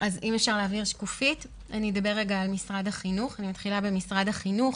אדבר על משרד החינוך.